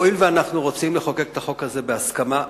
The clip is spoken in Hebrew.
הואיל ואנחנו רוצים לחוקק את החוק הזה בהסכמה,